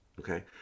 Okay